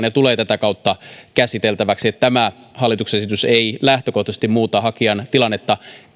ja tulee tätä kautta käsiteltäväksi eli tämä hallituksen esitys ei lähtökohtaisesti muuta hakijan tilannetta